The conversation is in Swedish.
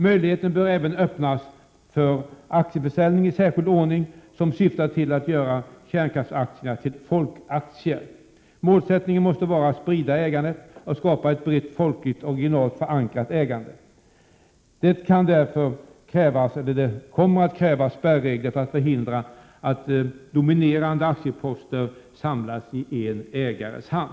Möjlighet bör även öppnas för aktieförsäljning i särskild ordning, som syftar till att göra kärnkraftsaktierna till folkaktier. Målsättningen måste vara att sprida ägandet och skapa ett brett folkligt och regionalt förankrat ägande. Det kommer därför att krävas spärregler som förhindrar att dominerande aktieposter samlas i en ägares hand.